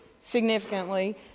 significantly